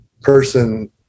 person